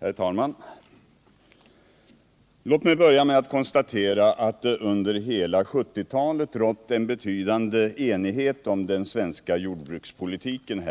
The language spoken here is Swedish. Herr talman! Låt mig börja med att konstatera att det här i riksdagen — ken, m.m. under hela 1970-talet rått en betydande enighet om den svenska jordbrukspolitiken.